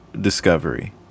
discovery